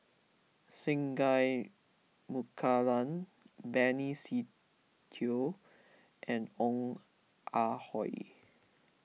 Singai Mukilan Benny Se Teo and Ong Ah Hoi